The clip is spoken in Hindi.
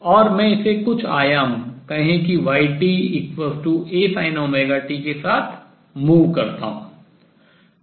और मैं इसे कुछ आयाम कहें कि ytAsin ωt के साथ move गति करता हूँ